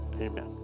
amen